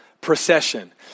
procession